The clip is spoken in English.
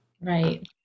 Right